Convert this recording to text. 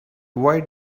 why